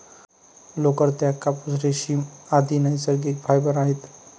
लोकर, ताग, कापूस, रेशीम, आदि नैसर्गिक फायबर आहेत